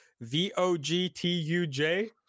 V-O-G-T-U-J